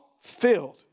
filled